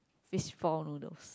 fishball noodles